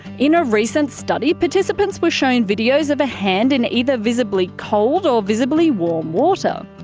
in a recent study, participants were shown videos of a hand in either visibly cold or visibly warm water.